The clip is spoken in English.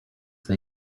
they